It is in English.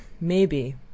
maybe